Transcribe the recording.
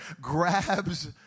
grabs